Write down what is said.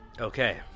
okay